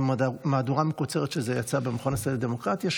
מהדורה מקוצרת של זה יצאה במכון הישראלי לדמוקרטיה.